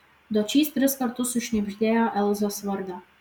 dočys tris kartus sušnibždėjo elzos vardą